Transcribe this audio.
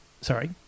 sorry –